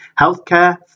healthcare